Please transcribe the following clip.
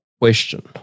question